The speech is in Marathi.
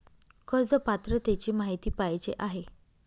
कर्ज पात्रतेची माहिती पाहिजे आहे?